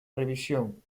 revisión